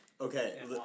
Okay